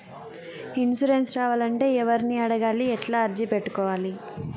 Insurance రావాలంటే ఎవర్ని అడగాలి? ఎట్లా అర్జీ పెట్టుకోవాలి?